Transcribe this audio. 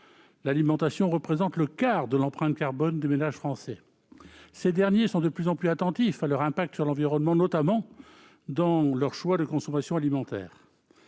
L'alimentation représente le quart de l'empreinte carbone des ménages français. Or ces derniers sont de plus en plus attentifs à leur impact sur l'environnement, notamment dans leur choix de consommation alimentaire.